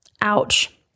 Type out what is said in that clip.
Ouch